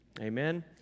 Amen